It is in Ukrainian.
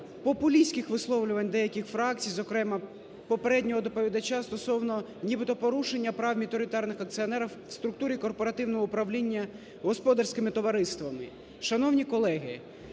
популістських висловлювань деяких фракцій, зокрема, попереднього доповідача стосовно нібито порушення прав міноритарних акціонерів в структурі корпоративного управління господарськими товариствами.